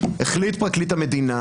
החליט פרקליט המדינה,